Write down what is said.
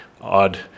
odd